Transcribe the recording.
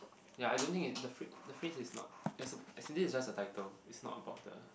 ya I don't think it the phrase the phrase is not as in as in this is just the title is not about the